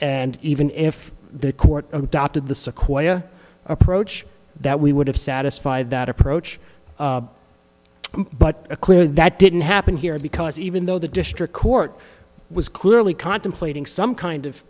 and even if the court adopted the sequoyah approach that we would have satisfied that approach but a clear that didn't happen here because even though the district court was clearly contemplating some kind of